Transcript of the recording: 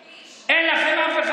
קיש, אין לכם אף אחד.